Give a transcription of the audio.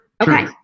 Okay